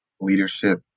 leadership